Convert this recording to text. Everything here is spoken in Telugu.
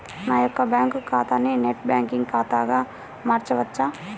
నా యొక్క బ్యాంకు ఖాతాని నెట్ బ్యాంకింగ్ ఖాతాగా మార్చవచ్చా?